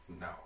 No